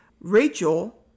Rachel